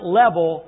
level